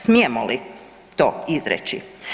Smijemo li to izreći?